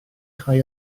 cau